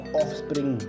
offspring